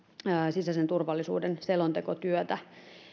sisäisen turvallisuuden selontekotyötä